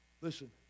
Listen